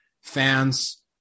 fans